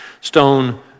stone